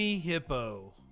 Hippo